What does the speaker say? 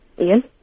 Ian